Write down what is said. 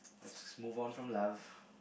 let's just move on from love